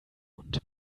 und